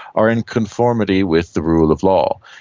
are in conformity with the rule of law.